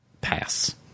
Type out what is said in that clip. pass